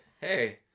hey